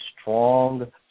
strong